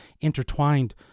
intertwined